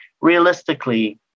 realistically